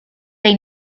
they